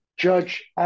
Judge